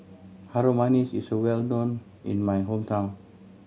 Harum Manis is well known in my hometown